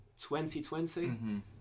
2020